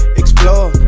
explore